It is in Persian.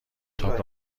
تاپ